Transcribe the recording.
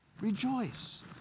rejoice